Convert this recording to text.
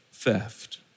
theft